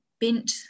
bent